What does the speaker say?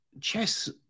chess